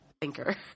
thinker